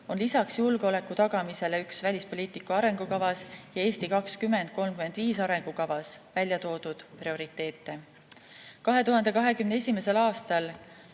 on lisaks julgeoleku tagamisele üks välispoliitika arengukavas ja "Eesti 2035" arengukavas väljatoodud prioriteete. 2021. aastal